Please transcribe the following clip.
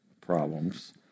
problems